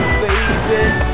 baby